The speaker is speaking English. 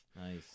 Nice